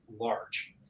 large